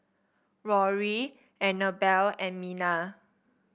Rory Annabell and Minna